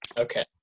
Okay